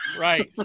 Right